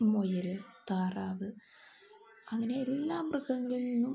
മുയൽ താറാവ് അങ്ങനെ എല്ലാ മൃഗങ്ങളിൽ നിന്നും